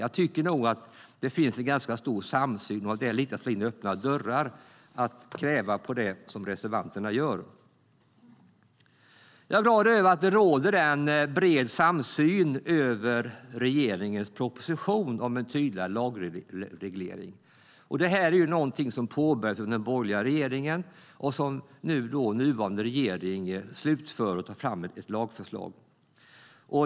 Jag tycker att det finns en ganska stor samsyn, och det är lite att slå in öppna dörrar att kräva det som reservanterna gör. Det råder en bred samsyn om regeringens proposition om en tydligare lagreglering. Den påbörjades under den borgerliga regeringen och slutförs nu av den nuvarande regeringen, som tar fram ett lagförslag.